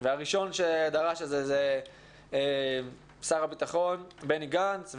הראשון שדרש את זה הוא שר הביטחון בני גנץ,